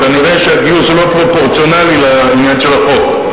כנראה הגיוס הוא לא פרופורציונלי לעניין של החוק.